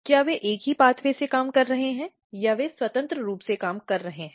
क्या वे एक ही पाथवे से काम कर रहे हैं या वे स्वतंत्र रूप से काम कर रहे हैं